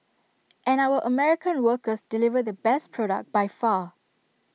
and our American workers deliver the best product by far